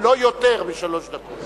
לא יותר משלוש דקות.